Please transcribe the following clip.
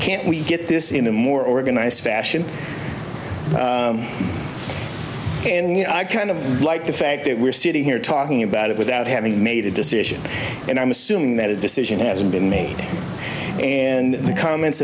can't we get this in a more organized fashion and you know i kind of like the fact that we're sitting here talking about it without having made a decision and i'm assuming that a decision hasn't been made and the comments